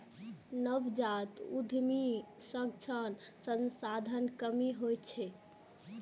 नवजात उद्यमीक समक्ष संसाधनक कमी होइत छैक